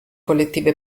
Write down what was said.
collettive